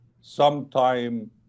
sometime